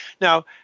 Now